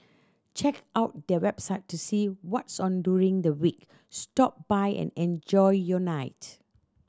check out their website to see what's on during the week stop by and enjoy your night